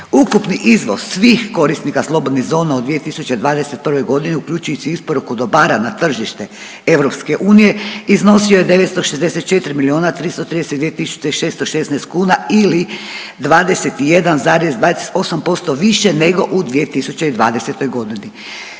Ukupni izvoz svih korisnika slobodnih zona u 2021. godini uključujući i isporuku dobara na tržište EU iznosio je 964 milijuna 332 tisuće i 616 kuna ili 21,28% više nego u 2020. godini.